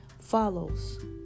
follows